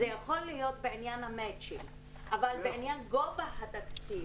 זה יכול להיות בעניין המצ'ינג אבל בעניין גובה התקציב,